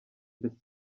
mbese